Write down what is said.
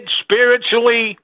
spiritually